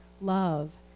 love